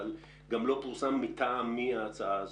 אבל גם לא פורסם מטעם מי ההצעה הזאת.